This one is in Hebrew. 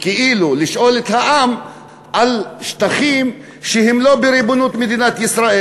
כאילו לשאול את העם על שטחים שהם לא בריבונות מדינת ישראל?